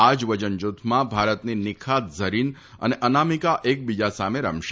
આજ વજનજૂથમાં ભારતની નિખાત ઝરીન તથા અનામિકા એકબીજા સામે રમશે